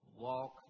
walk